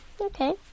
Okay